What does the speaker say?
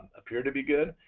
appeared to be good,